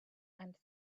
and